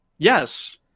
Yes